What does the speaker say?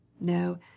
No